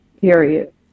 Period